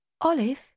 Olive